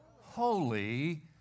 holy